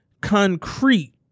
concrete